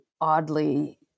oddly